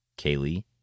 Kaylee